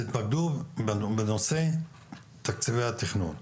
תוודאו בנושא תקציבי התכנון.